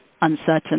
uncertain